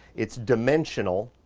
it's dimensional,